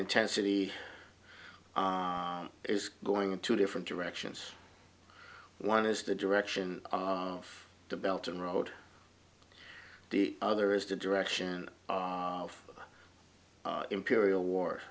intensity is going to different directions one is the direction of the belt and road the other is the direction of imperial war